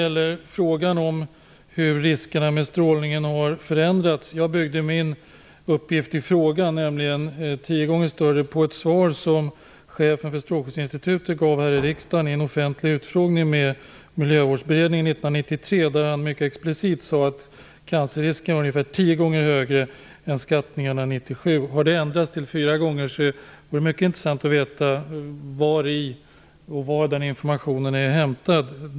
I frågan hur riskerna med strålning har förändrats byggde jag min uppgift - tio gånger högre - på ett svar som chefen för Strålskyddsinstitutet gav i riksdagen vid en offentlig utfrågning med Miljövårdsberedningen 1993. Där sade han explicit att cancerrisken var ungefär tio gånger högre än 1977. Om det har ändrats till fyra gånger högre vore det mycket intressant att få veta var den informationen är hämtad.